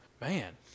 man